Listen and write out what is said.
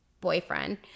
boyfriend